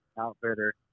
outfitter